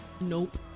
Nope